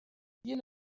you